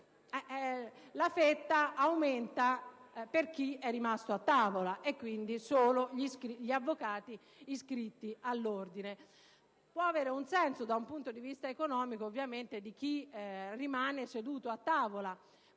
la fetta aumenta per chi è rimasto a tavola, ovvero gli avvocati iscritti all'Ordine. Ciò può avere un senso dal punto di vista economico di chi rimane seduto a tavola,